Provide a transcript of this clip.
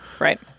Right